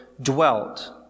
dwelt